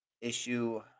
issue